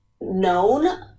known